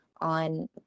on